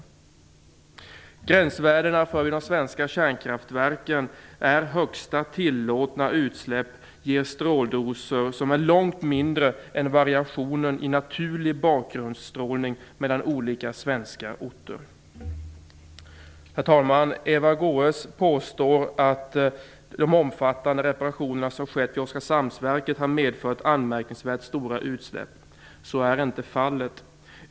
Beträffande gränsvärdena vid de svenska kärnkraftverken ger högsta tillåtna utsläpp stråldoser som är långt mindre än variationen i naturlig bakgrundsstrålning mellan olika svenska orter. Herr talman! Eva Goës påstår att de omfattande reparationer som skett vid Oskarshamnsverket har medfört anmärkningsvärt stora utsläpp. Så är inte fallet.